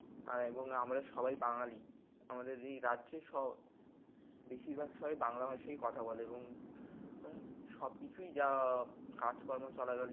আর এবং আমরা সবাই বাঙালি আমাদের এই রাজ্যে স বেশিরভাগ সবাই বাংলা ভাষায়ই কথা বলে এবং সব কিছুই যা কাজকর্ম চলাকালীন